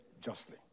justly